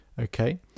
Okay